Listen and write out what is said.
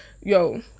Yo